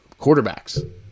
quarterbacks